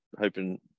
hoping